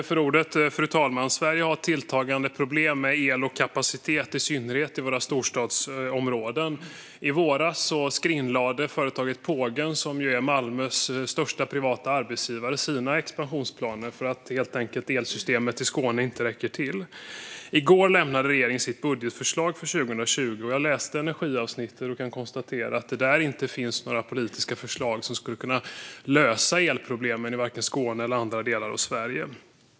Fru talman! Sverige har ett tilltagande problem med elkapacitet, i synnerhet i våra storstadsområden. I våras skrinlade företaget Pågen, som ju är Malmös största privata arbetsgivare, sina expansionsplaner. Det gjorde man helt enkelt för att elsystemet i Skåne inte räcker till. I går lämnade regeringen sitt budgetförslag för 2020. Jag läste energiavsnittet och kan konstatera att det där inte finns några politiska förslag som skulle kunna lösa elproblemen i vare sig Skåne eller andra delar av Sverige.